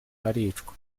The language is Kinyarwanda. aricwa